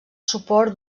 suport